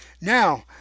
Now